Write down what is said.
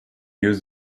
uses